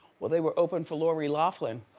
well they were open for lori loughlin.